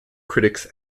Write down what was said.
critics